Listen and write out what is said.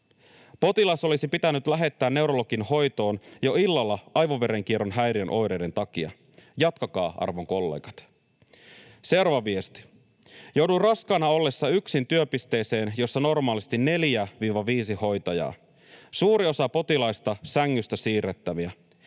Potilas olisi pitänyt lähettää neurologin hoitoon jo illalla aivoverenkierron häiriön oireiden takia. Jatkakaa, arvon kollegat!” Seuraava viesti: ”Jouduin raskaana ollessa yksin työpisteeseen, jossa normaalisti neljä—viisi hoitajaa. Suuri osa potilaista sängystä siirrettäviä.